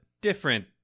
different